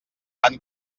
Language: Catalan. han